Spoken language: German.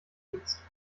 dienst